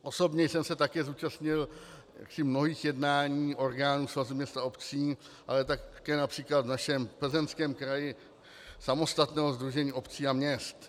Osobně jsem se také zúčastnil mnohých jednání orgánů Svazu měst a obcí, ale také například v našem Plzeňském kraji samostatného sdružení obcí a měst.